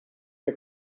que